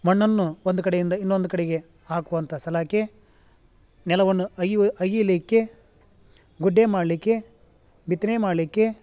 ಮಣ್ಣನ್ನು ಒಂದು ಕಡೆಯಿಂದ ಇನ್ನೊಂದು ಕಡೆಗೆ ಹಾಕುವಂಥ ಸಲಾಕೆ ನೆಲವನ್ನು ಅಯ್ಯು ಅಗೀಲಿಕ್ಕೆ ಗುಡ್ಡೆ ಮಾಡಲಿಕ್ಕೆ ಬಿತ್ತನೆ ಮಾಡಲಿಕ್ಕೆ